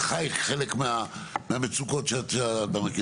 וחי חלק מהמצוקות שאתה אומר.